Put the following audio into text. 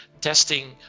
testing